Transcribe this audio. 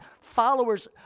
Followers